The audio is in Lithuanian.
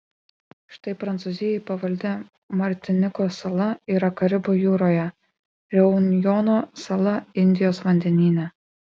štai prancūzijai pavaldi martinikos sala yra karibų jūroje reunjono sala indijos vandenyne